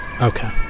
okay